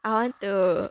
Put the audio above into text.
I want to